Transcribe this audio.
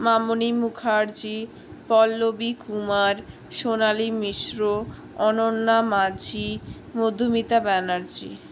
Mamoni Mukherjee Pallavi Kumar Sonali Mishra Ananya Majhi Madhumita Banerjee